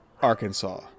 Arkansas